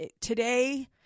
today